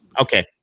Okay